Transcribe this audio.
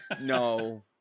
no